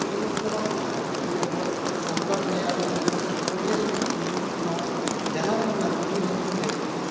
ᱪᱮᱫᱟᱜ ᱥᱮ ᱵᱟᱝᱢᱟ ᱟᱵᱚ ᱡᱩᱫᱤ ᱟᱵᱚᱣᱟᱜ ᱥᱟᱱᱛᱟᱲ ᱨᱮᱭᱟᱜ ᱞᱟᱭᱼᱞᱟᱠᱪᱟᱨ ᱠᱚᱵᱚᱱ ᱧᱮᱞᱟ ᱜᱩᱡᱩᱜ ᱠᱷᱚᱱᱟᱜ ᱡᱟᱱᱟᱢ ᱠᱷᱚᱱᱟᱜ ᱜᱩᱡᱩᱜ ᱦᱟᱹᱵᱤᱡ ᱛᱮ